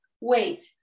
wait